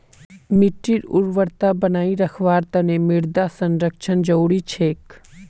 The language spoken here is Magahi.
मिट्टीर उर्वरता बनई रखवार तना मृदा संरक्षण जरुरी छेक